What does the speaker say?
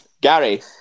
Gary